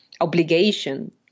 obligation